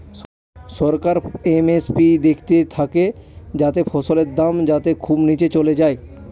সরকার MSP দেখতে থাকে যাতে ফসলের দাম যাতে খুব নীচে চলে যায়